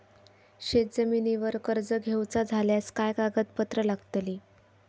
शेत जमिनीवर कर्ज घेऊचा झाल्यास काय कागदपत्र लागतली?